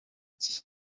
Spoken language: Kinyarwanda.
gihe